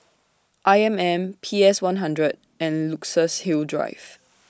I M M P S one hundred and Luxus Hill Drive